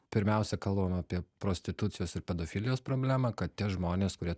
pirmiausia kalbam apie prostitucijos ir pedofilijos problemą kad tie žmonės kurie